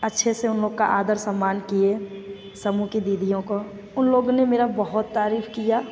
अच्छे से उन लोग का आदर सम्मान किए समूह के दीदीयों को उन लोगो ने मेरी बहुत तारीफ़ किया